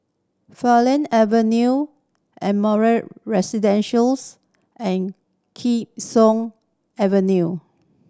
Farleigh Avenue Ardmore and Kee Sun Avenue